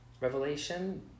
revelation